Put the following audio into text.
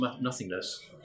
nothingness